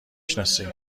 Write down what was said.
شناسی